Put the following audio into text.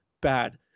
bad